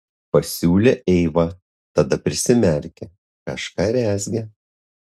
pasiūlė eiva tada prisimerkė kažką rezgė